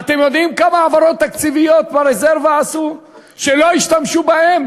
אתם יודעים כמה העברות תקציביות שלא השתמשו בהן